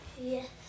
Yes